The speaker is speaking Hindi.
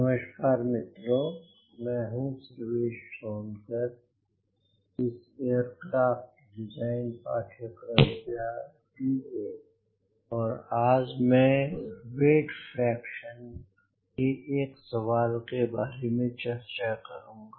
नमस्कार मित्रों मैं हूँ सर्वेश सोनकर इस एयरक्राफ़्ट डिज़ाइन पाठ्यक्रम के लिए का TA और आज मैं वेट फ्रैक्शन के एक सवाल के बारे में चर्चा करूँगा